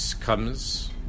comes